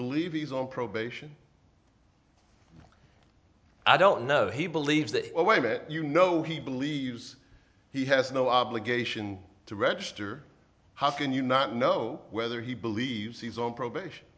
believe he's on probation i don't know he believes that when it you know he believes he has no obligation to register how can you not know whether he believes he's on probation